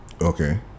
Okay